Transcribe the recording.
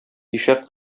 ишәк